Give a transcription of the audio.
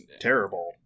terrible